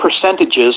percentages